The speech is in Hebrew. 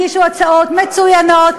הגישו הצעות מצוינות,